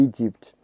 Egypt